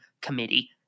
committee